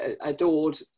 adored